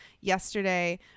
yesterday